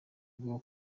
bwo